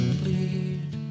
bleed